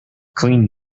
clean